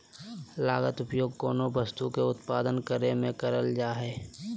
लागत उपयोग कोनो वस्तु के उत्पादन करे में करल जा हइ